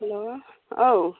हेल' औ